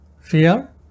fear